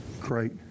Great